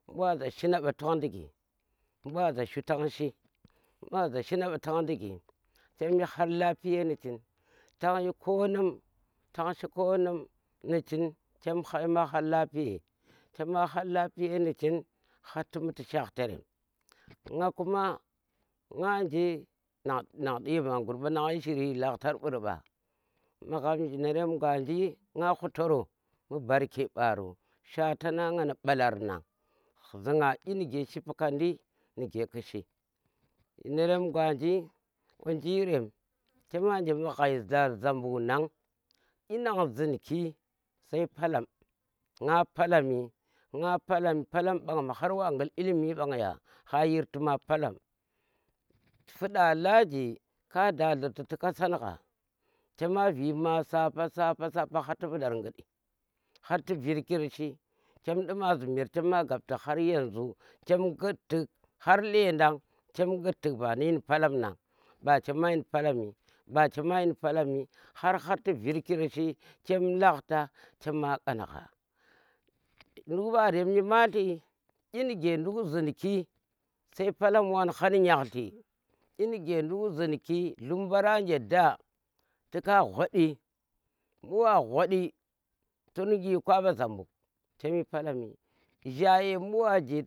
Bu wa za shi na mba dugi bu wa za shuu tong shi, bu wa za shina ɓa tong digi, chem shi har lafiye ni chin tan yi konum ni chin chem yi har lapiye chema har lapiye ni chin haar ti muti shaktarem, nga kuma naje nan ɗi yama guri ɓa, nang yi jhiri laktar mbur mba magham jhinarem gwanji na hutar mbu̱ borke ɓaro shwato ngan ni ɓalar na zi nna inige shipakonadi nike ku shi, zhinerem gwanji wanji rem chema nje mbu̱ ghai Zambuk na, inan zhinki sai palom, nga palomi. nga palam, palam ɓang har wa gil ilimi ɓong ya ha yirti ma palom, fuda laji ka da lluti kasa gha chema vii ma sapa, sapa, sapa har ti fudar gudi, har ti virkir shi chem ɗi ma zhim yari chem gap tik har yan zu chem ghut tik har landang chema ghut tik ba chema yin palomi, ba chema yin palami ba chema palami har ti vurkir shi chem lakta chema ƙonga nduk mbarem nyimalti inuke nduk zhinki sai palam wanha ni nyikdli inuke nduk zhinki dlumbaranje dha tika gwaddi mbu wa gwaddi tu rungi kwa mba zambuk chem yi palami jhaye mbu wa je